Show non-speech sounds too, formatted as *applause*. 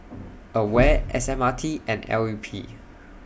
*noise* AWARE S M R T and L U P